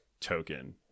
token